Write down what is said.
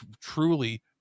truly